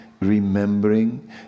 remembering